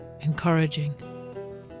encouraging